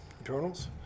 Eternals